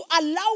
allow